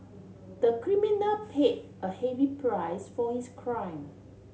the criminal pay a heavy price for his crime